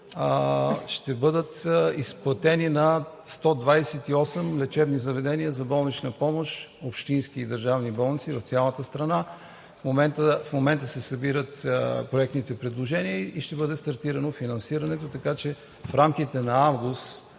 ще бъдат изплатени на 128 лечебни заведения за болнична помощ – общински и държавни болници в цялата страна. В момента се събират проектните предложения и ще бъде стартирано финансирането, така че в рамките на месец